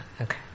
okay